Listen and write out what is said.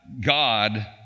God